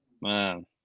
Man